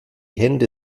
hände